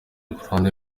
iruhande